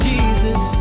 Jesus